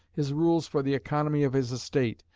his rules for the economy of his estate,